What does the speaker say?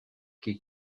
qui